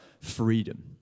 freedom